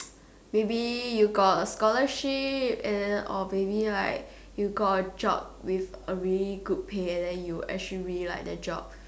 maybe you got a scholarship and then or maybe like you got a good job with a really good pay and then you actually really like that job